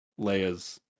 Leia's